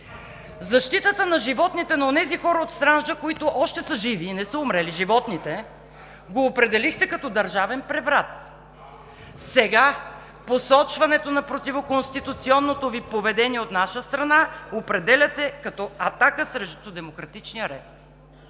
Защитата на животните на онези хора от Странджа, които още са живи, не са умрели, го определихте като държавен преврат. Посочването на противоконституционното Ви поведение от наша страна сега определяте като атака срещу демократичния ред